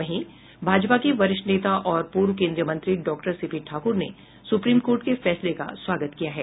वहीं भाजपा के वरिष्ठ नेता और पूर्व केन्द्रीय मंत्री डॉक्टर सी पी ठाकुर ने सुप्रीम कोर्ट के फैसले का स्वागत किया है